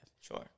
Sure